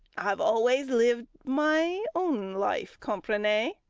i've always lived my own life comprenez?